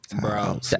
bro